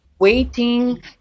waiting